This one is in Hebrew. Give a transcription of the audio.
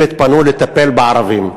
הם התפנו לטפל בערבים.